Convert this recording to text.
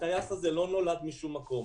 הטייס הזה לא נולד משום מקום.